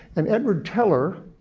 and edward teller,